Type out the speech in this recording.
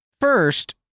First